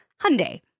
Hyundai